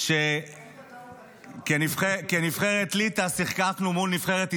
----- זה שכנבחרת ליטא שיחקנו מול נבחרת ישראל,